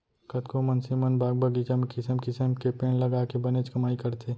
कतको मनसे मन बाग बगीचा म किसम किसम के पेड़ लगाके बनेच कमाई करथे